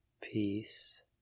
Peace